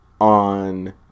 on